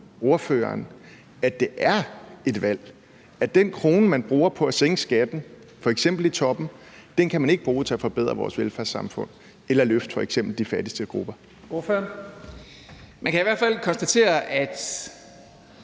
ordføreren, at det er et valg, og at den krone, man bruger på at sænke skatten f.eks. i toppen, kan man ikke bruge til at forbedre vores velfærdssamfund eller løfte f.eks. de fattigste grupper? Kl. 10:10 Første næstformand